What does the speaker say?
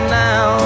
now